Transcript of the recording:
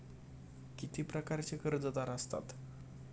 किती प्रकारचे कर्जदार असतात